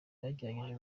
bagerageje